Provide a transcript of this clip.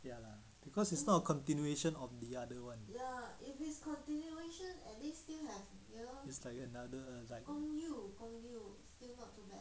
ya lah because it's not a continuation of the other [one] it's like another like